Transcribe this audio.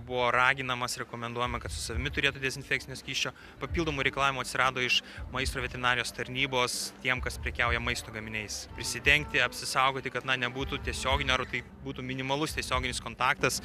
buvo raginamas rekomenduojama kad su savimi turėti dezinfekcinio skysčio papildomų reikalavimų atsirado iš maisto veterinarijos tarnybos tiems kas prekiauja maisto gaminiais prisidengti apsisaugoti kad nebūtų tiesioginio ar tai būtų minimalus tiesioginis kontaktas